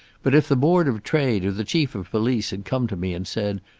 but if the board of trade, or the chief of police, had come to me and said,